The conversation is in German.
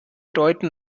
deuten